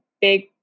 big